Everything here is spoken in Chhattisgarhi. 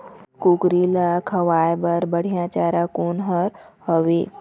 कुकरी ला खवाए बर बढीया चारा कोन हर हावे?